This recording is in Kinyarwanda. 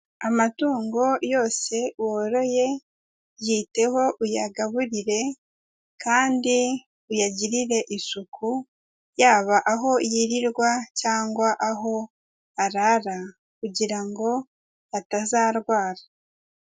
Amatungo yose woroye, yiteho, uyayagaburire kandi uyagirire isuku, yaba aho yirirwa cyangwa aho arara kugira ngo atazarwara.